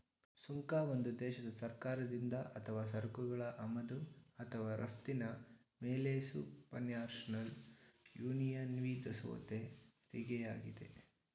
ಸುಂಕ ಒಂದು ದೇಶದ ಸರ್ಕಾರದಿಂದ ಅಥವಾ ಸರಕುಗಳ ಆಮದು ಅಥವಾ ರಫ್ತಿನ ಮೇಲೆಸುಪರ್ನ್ಯಾಷನಲ್ ಯೂನಿಯನ್ವಿಧಿಸುವತೆರಿಗೆಯಾಗಿದೆ